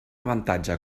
avantatge